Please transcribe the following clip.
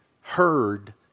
heard